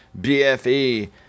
BFE